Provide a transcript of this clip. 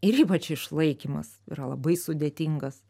ir ypač išlaikymas yra labai sudėtingas